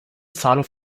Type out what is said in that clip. zahlung